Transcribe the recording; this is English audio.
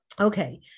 Okay